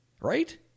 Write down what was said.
right